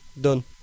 Done